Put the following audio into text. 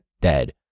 dead